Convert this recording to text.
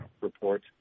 report